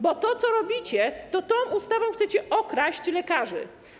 Bo to, co robicie, to tą ustawą chcecie okraść lekarzy.